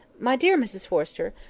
my dear mrs forrester,